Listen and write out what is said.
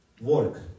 work